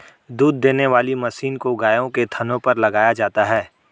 दूध देने वाली मशीन को गायों के थनों पर लगाया जाता है